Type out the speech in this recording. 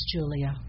Julia